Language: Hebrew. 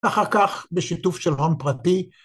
‫אחר כך בשיתוף של הון פרטי.